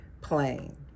plain